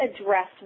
address